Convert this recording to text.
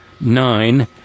nine